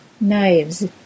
knives